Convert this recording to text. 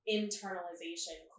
internalization